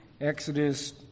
Exodus